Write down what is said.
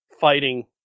fighting